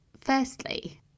Firstly